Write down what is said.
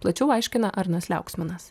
plačiau aiškina arnas liauksminas